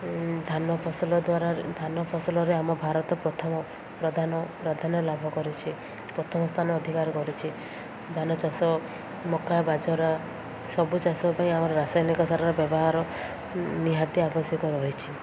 ଧାନ ଫସଲ ଦ୍ୱାରା ଧାନ ଫସଲରେ ଆମ ଭାରତ ପ୍ରଥମ ପ୍ରଧାନ ପ୍ରଧାନ୍ୟ ଲାଭ କରିଛି ପ୍ରଥମ ସ୍ଥାନ ଅଧିକାର କରିଛି ଧାନ ଚାଷ ମକା ବାଜରା ସବୁ ଚାଷ ପାଇଁ ଆମର ରାସାୟନିକ ସାରର ବ୍ୟବହାର ନିହାତି ଆବଶ୍ୟକ ରହିଛି